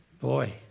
Boy